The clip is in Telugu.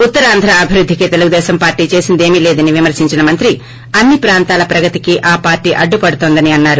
ఉత్తరాంధ్రా అభివృద్ధికి తెలుగుదేశం పార్టీ చేసిందేమీ లేదని విమర్పించిన మంత్రి అన్ని ప్రాంతాల ప్రగతికి ఆ పార్టీ అడ్డుపడుతోందని అన్నారు